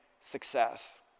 success